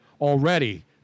Already